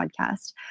podcast